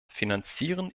finanzieren